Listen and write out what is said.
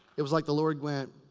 it was like the lord went,